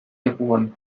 lekuan